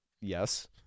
Yes